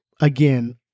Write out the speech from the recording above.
again